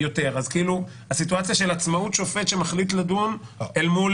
אז הסיטואציה של עצמאות שופט שמחליט לדון אל מול